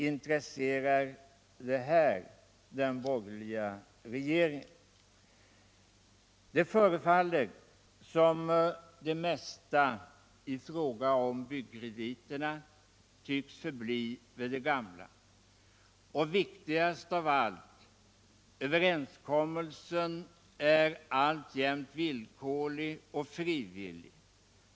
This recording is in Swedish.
Intresserar det den borgerliga regeringen” Det förefaller som om det mesta i fråga om byggkrediterna tycks förbli vid det gamla. Och viktigast av allt: överenskommelsen är alltjämt villkorlig och frivillig.